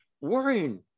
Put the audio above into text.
worrying